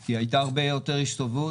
כי הייתה הרבה יותר הסתובבות,